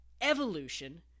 Evolution